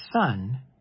son